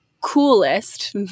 coolest